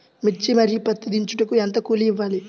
మిర్చి మరియు పత్తి దించుటకు ఎంత కూలి ఇవ్వాలి?